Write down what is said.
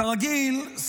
כרגיל,